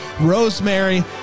Rosemary